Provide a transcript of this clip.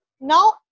Now